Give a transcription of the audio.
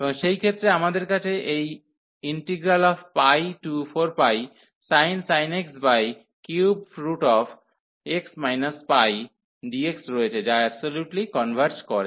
এবং সেই ক্ষেত্রে আমাদের কাছে এই 4πsin x 3x πdx রয়েছে যা অ্যাবসোলিউটলি কনভার্জ করে